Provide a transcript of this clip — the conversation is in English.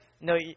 no